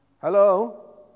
Hello